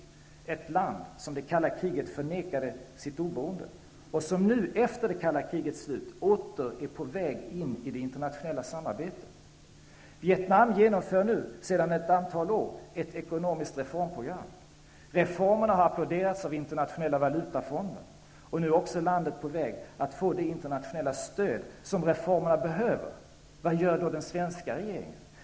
Det är ett land som av det kalla kriget förnekades sitt oberoende men som nu, efter det kalla krigets slut, åter är på väg in i det internationella samarbetet. Vietnam genomför sedan ett antal år ett ekonomiskt reformprogram. Reformerna har applåderats av Internationella valutafonden, och nu är också landet på väg att få det internationella stöd som reformerna behöver. Vad gör då den svenska regeringen?